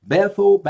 Bethel